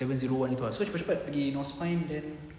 seven zero one so cepat cepat gi northpoint then